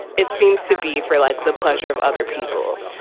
it seems to be for like the pleasure of other people.